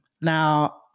Now